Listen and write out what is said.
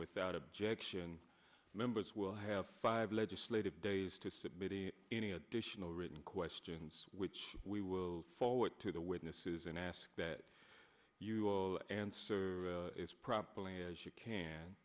without objection members will have five legislative days to submit any additional written questions which we will forward to the witnesses and ask that you will answer is properly as you can